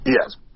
Yes